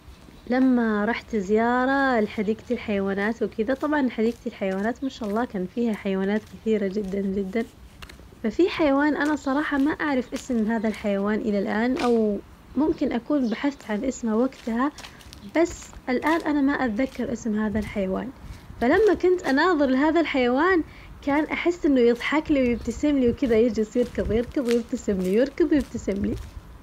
لما روحت زيارة لحديقة الحيوانات وكذا طبعاً حديقة الحيوانات ما شاء الله كان فيها حيوانات كثيرة جداً جداً، ففي حيوان أنا صراحة ما أعرف اسم هذا الحيوان إلى الآن أو ممكن أكون بحثت عن اسمه وقتها بس الآن أنا ما أذكر اسم هذا الحيوان، فلما كنت أناظر لهذا الحيوان كان أحس إنه يظحكلي ويبتسملي وكذا يجلس يركظ يركظ ويبتسملي يركظ ويبتسملي.